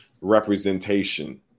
representation